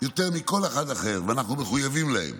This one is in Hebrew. יותר מכל אחד אחר, ואנחנו מחויבים להם.